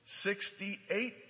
Sixty-eight